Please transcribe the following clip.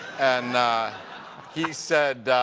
and he said,